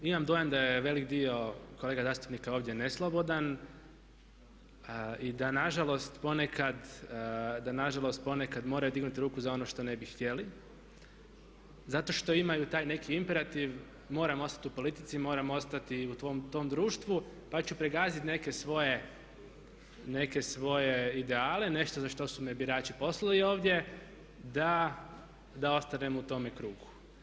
Imam dojam da je velik dio kolega zastupnika ovdje ne slobodan i da nažalost ponekad moraju dignuti ruku za ono što ne bi htjeli zato što imaju taj neki imperativ moram ostati u politici, moram ostati u tom društvu pa ću pogazit neke svoje ideale, nešto za što su me birači poslali ovdje da ostanem u tome krugu.